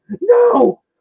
No